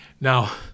Now